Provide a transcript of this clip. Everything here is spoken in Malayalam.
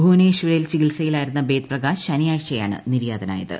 ഭുവനേശ്വറിൽ ചികിത്സയിലായിരുന്ന ബേദ് പ്രകാശ് ശനിയാഴ്ചയാണ് നിര്യാതനായത്